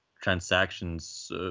transactions